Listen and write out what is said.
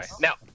Now